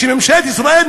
שממשלת ישראל,